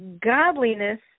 godliness